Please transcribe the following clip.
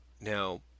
now